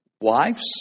Wives